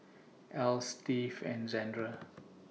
Else Steve and Zandra